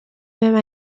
même